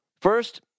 First